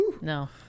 No